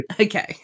Okay